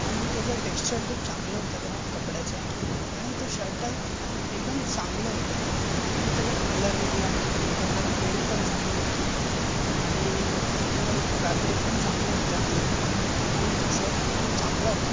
आणि त्याचं टेक्सचर खूप चांगलं होतं त्या कपड्याचं आणि तो शर्ट एकदम चांगलं होतं नाही त्याचा कलर निघाला त्याचं कलर प्रिंट पण चांगले होते आणि त्याचं फॅब्रिक पण चांगलं होतं आणि तो शर्ट खूप चांगला होता